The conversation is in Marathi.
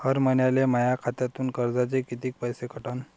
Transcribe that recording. हर महिन्याले माह्या खात्यातून कर्जाचे कितीक पैसे कटन?